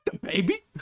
baby